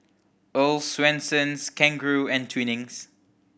Earl's Swensens Kangaroo and Twinings